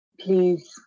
Please